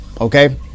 Okay